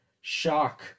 shock